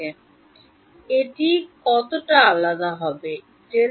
সুতরাং এটি কতটা আলাদা করে রাখবে